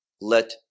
let